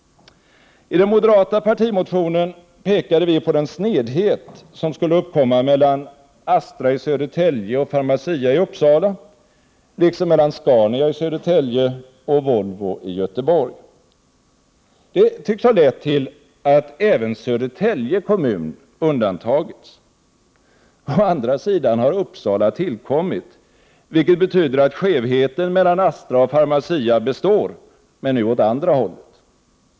I den moderata partimotionen pekade vi på den snedhet som skulle uppkomma mellan Astra i Södertälje och Pharmacia i Uppsala liksom mellan Scania i Södertälje och Volvo i Göteborg. Det tycks ha lett till att även Södertälje kommun undantagits. Å andra sidan har Uppsala tillkommit, vilket betyder att skevheten mellan Astra och Pharmacia består men nu åt andra hållet.